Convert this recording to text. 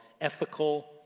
ethical